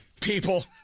People